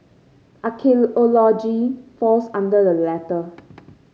archaeology falls under the latter